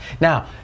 now